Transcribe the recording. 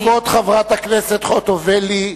כבוד חברת הכנסת חוטובלי,